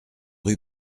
rue